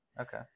okay